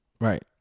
right